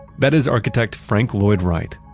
that is architect frank lloyd wright,